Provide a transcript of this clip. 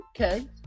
Okay